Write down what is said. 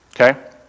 Okay